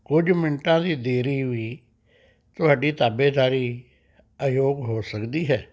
ਕੁਝ ਮਿੰਟਾਂ ਦੀ ਦੇਰੀ ਵੀ ਤੁਹਾਡੀ ਤਾਬੇਦਾਰੀ ਅਯੋਗ ਹੋ ਸਕਦੀ ਹੈ